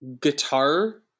guitar